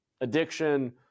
addiction